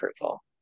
approval